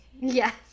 Yes